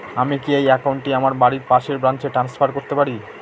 আমি কি এই একাউন্ট টি আমার বাড়ির পাশের ব্রাঞ্চে ট্রান্সফার করতে পারি?